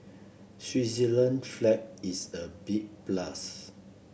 Switzerland flag is a big plus